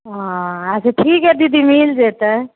अच्छा ठीक हइ दीदी मिल जेतै